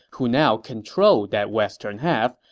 who now controlled that western half,